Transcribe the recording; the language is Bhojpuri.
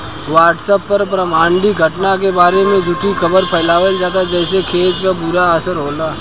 व्हाट्सएप पर ब्रह्माण्डीय घटना के बारे में झूठी खबर फैलावल जाता जेसे खेती पर बुरा असर होता